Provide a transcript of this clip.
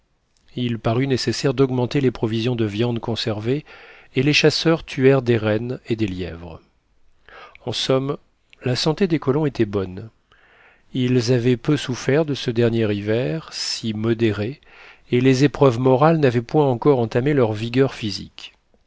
il parut nécessaire d'augmenter les provisions de viande conservée et les chasseurs tuèrent des rennes et des lièvres en somme la santé des colons était bonne ils avaient peu souffert de ce dernier hiver si modéré et les épreuves morales n'avaient point encore entamé leur vigueur physique